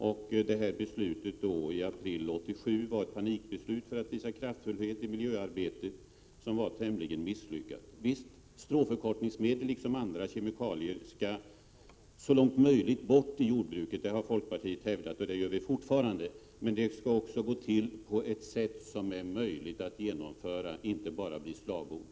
Beslutet i april 1987 var ett panikbeslut för att visa kraftfullhet i miljöarbetet, ett beslut som var tämligen misslyckat. Stråförkortningsmedel, liksom andra kemikalier, skall så långt möjligt bort från jordbruket. Det har vi i folkpartiet hävdat, och det gör vi fortfarande, men det skall gå till på ett sätt som gör att det hela är möjligt att genomföra och inte bara blir slagord.